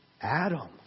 Adam